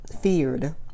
feared